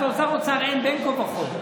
שר אוצר אין בין כך ובין כך.